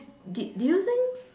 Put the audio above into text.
did do you think